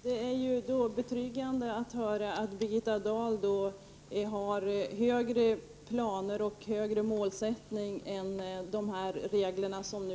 Herr talman! Det är betryggande att höra att Birgitta Dahl har planer och en högre målsättning än den som finns i de regler som